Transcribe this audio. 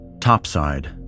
Topside